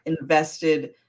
invested